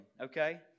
okay